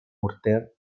morter